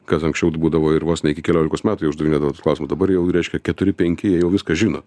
kas anksčiau t būdavo ir vos ne iki keliolikos metų jie uždavinėdavo tuos klausimus dabar jau reiškia keturi penki jie jau viską žino